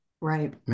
Right